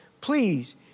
please